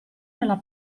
nella